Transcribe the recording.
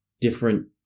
different